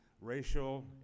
racial